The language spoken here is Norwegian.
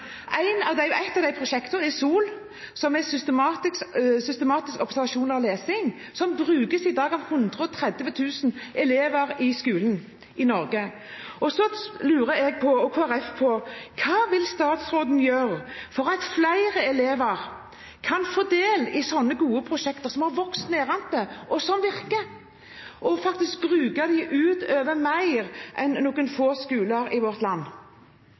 av de prosjektene er SOL, som er systematisk observasjon av lesing, og som i dag brukes av 130 000 elever i skolen i Norge. Da lurer jeg og Kristelig Folkeparti på hva statsråden vil gjøre for at flere elever kan få del i slike gode prosjekter, som har vokst nedenfra, og som virker – og faktisk bruke dem mer enn i noen få skoler i vårt land.